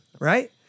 Right